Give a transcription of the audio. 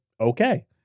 okay